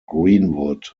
greenwood